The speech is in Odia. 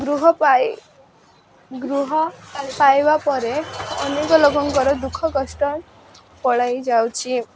ଗୃହ ପାଇ ଗୃହ ପାଇବା ପରେ ଅନେକ ଲୋକଙ୍କର ଦୁଃଖ କଷ୍ଟ ପଳାଇ ଯାଉଛି